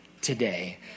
today